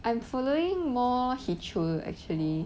I'm following more heechul actually